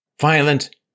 Violent